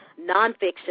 nonfiction